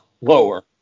lower